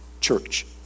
Church